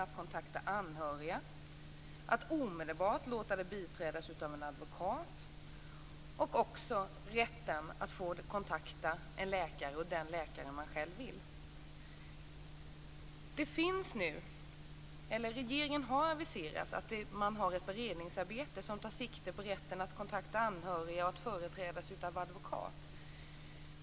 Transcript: Man har inte rätt att omedelbart låta sig biträdas av en advokat och inte heller rätt att kontakta en läkare och den läkare man själv vill. Regeringen har aviserat ett beredningsarbete som tar sikte på rätten att kontakta anhöriga och att företrädas av advokat.